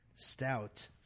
stout